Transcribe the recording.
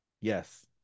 Yes